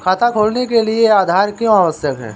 खाता खोलने के लिए आधार क्यो आवश्यक है?